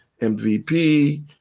MVP